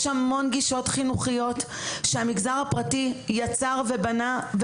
יש המון גישות חינוכיות שהמגזר הפרטי יצר ובנה,